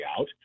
out